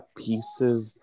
pieces